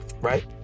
right